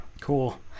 Cool